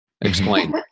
Explain